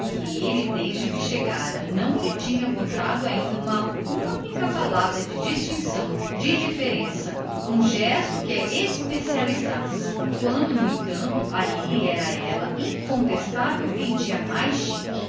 que diabo desde que chegara ainda lhe não tinha dispensado uma única palavra de distinção um só gesto que a especializasse quando ali no entanto era ela incontestavelmente